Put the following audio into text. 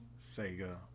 Sega